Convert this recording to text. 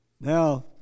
Now